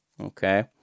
okay